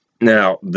Now